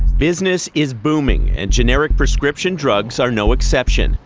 business is booming, and generic prescription drugs are no exception.